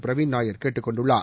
பிரவீண் நாயர் கேட்டுக் கொண்டுள்ளார்